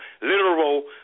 literal